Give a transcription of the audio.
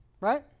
right